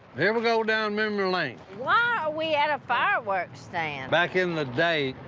here we go down memory lane. why are we at a fireworks stand? back in the day,